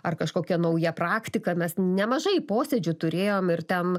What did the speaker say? ar kažkokia nauja praktika mes nemažai posėdžių turėjom ir ten